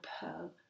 pearl